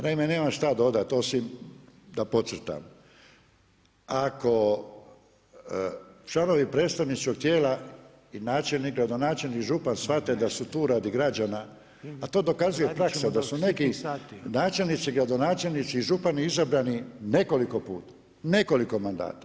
Naime, nemam što dodati, osim da podcrtam, ako članovi predstavničkog tijela, i načelnik i gradonačelnik i župan shvate da su tu radi građana a to dokazuje praksa, da su neki načelnici, gradonačelnici i župani izabrani nekoliko puta, nekoliko mandata.